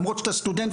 למרות שאתה סטודנט,